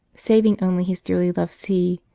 saving only his dearly loved see,